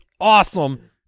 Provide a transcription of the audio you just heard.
awesome